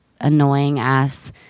annoying-ass